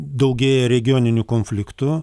daugėja regioninių konfliktų